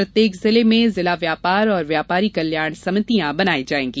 प्रत्येक जिले में जिला व्यापार एवं व्यापारी कल्याण समितियाँ बनायी जायेगी